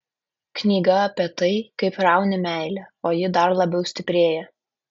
knyga apie tai kaip rauni meilę o ji dar labiau stiprėja